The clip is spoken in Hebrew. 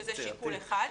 שזה שיקול אחד,